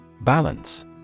Balance